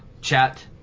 chat